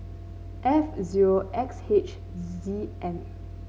F zero X H Z M